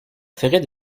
ferait